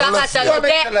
אנחנו אומרים שיש סגר והכול,